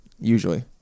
usually